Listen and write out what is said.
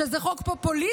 שזה חוק פופוליסטי?